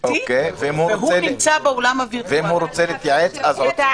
כי בפעם הקודמת דיברנו על מעצר ראשון ואני מדבר על דיוני מעצרים.